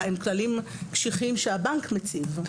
כללים קשיחים שהבנק מציב.